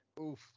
Oof